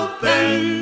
Open